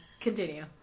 Continue